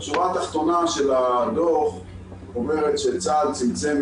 השורה התחתונה של הדוח אומרת שצה"ל צמצם